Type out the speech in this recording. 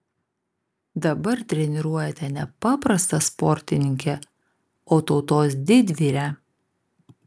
dabar treniruojate ne paprastą sportininkę o tautos didvyrę